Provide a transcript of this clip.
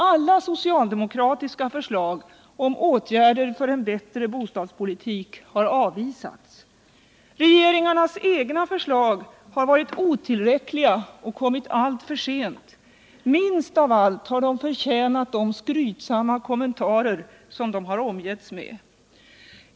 Alla socialdemokratiska förslag om åtgärder för en bättre bostadspolitik har avvisats. Regeringarnas egna förslag har varit otillräckliga och kommit alltför sent — minst av allt har de förtjänat de skrytsamma kommentarer de omgetts med.